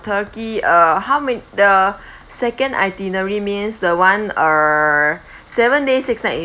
turkey uh how man~ the second itinerary means the one err seven day six night is it